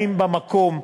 הדיירים במקום,